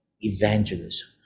evangelism